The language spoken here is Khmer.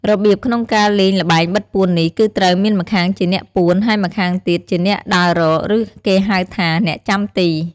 របៀបក្នុងការលេងល្បែងបិទពួននេះគឺត្រូវមានម្ខាងជាអ្នកពួន ហើយម្ខាងទៀតជាអ្នកដើររក ឬគេហៅថា អ្នកចាំទី។